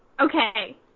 Okay